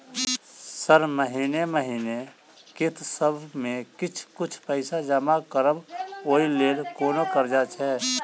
Sir महीने महीने किस्तसभ मे किछ कुछ पैसा जमा करब ओई लेल कोनो कर्जा छैय?